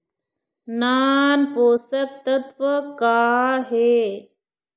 नान पोषकतत्व का हे?